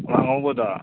ꯑꯉꯧꯕꯗꯣ